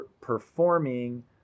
performing